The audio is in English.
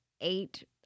Eight